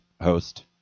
Host